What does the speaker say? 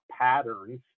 patterns